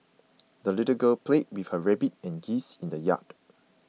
the little girl played with her rabbit and geese in the yard